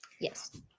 Yes